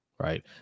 Right